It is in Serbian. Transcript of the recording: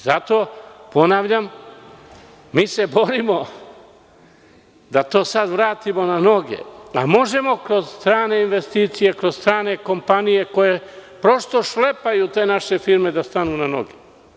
Zato ponavljam, mi se borimo da to sada vratimo na noge, da možemo kroz strane investicije, kroz strane kompanije koje prosto šlepaju te naše firme da stanu na noge.